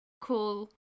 cool